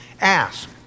Ask